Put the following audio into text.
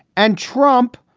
and trump,